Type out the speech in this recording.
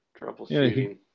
troubleshooting